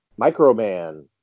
microman